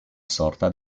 sorta